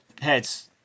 Heads